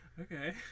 Okay